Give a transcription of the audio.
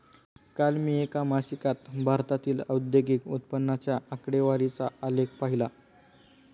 काल मी एका मासिकात भारतातील औद्योगिक उत्पन्नाच्या आकडेवारीचा आलेख पाहीला